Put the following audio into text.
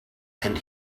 and